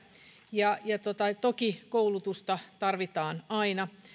ja toki koulutusta tarvitaan aina